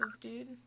dude